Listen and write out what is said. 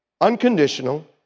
Unconditional